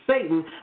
Satan